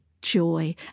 joy